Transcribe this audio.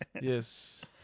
Yes